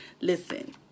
listen